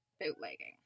bootlegging